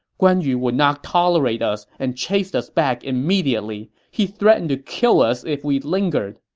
guan yu would not tolerate us and chased us back immediately. he threatened to kill us if we lingered.